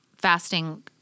fasting